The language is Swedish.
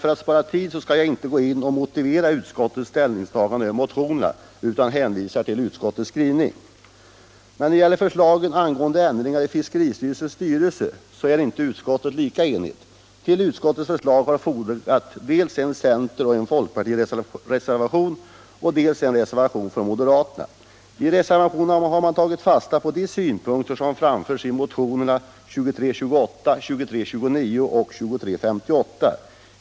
För att spara tid skall jag inte motivera utskottets ställningstagande till motionerna utan hänvisar till utskottets skrivning. Beträffande förslaget om ändringar av fiskeristyrelsens styrelse är utskottet inte lika enigt. Till utskottets förslag har fogats dels en centeroch folkpartireservation, dels en reservation från moderaterna. I reservationerna har man tagit fasta på de synpunkter som framförs i motionerna 1975/76:2328, 2329 och 2358.